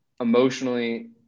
emotionally